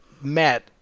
met